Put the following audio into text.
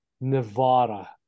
Nevada